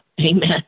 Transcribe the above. amen